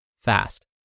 fast